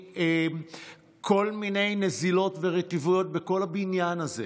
כל מיני נזילות ורטיבויות בכל הבניין הזה,